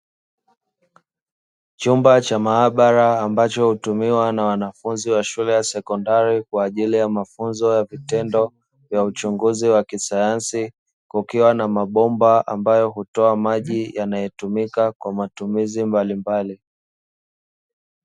Chumba cha maabara ambacho hutumiwa na wanafunzi wa shule ya sekondari, kwa ajili ya mafunzo ya vitendo vya uchunguzi wa kisayansi kukiwa na mabomba ambayo hutoa maji yanayotumika kwa matumizi mbalimbali.